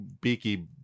beaky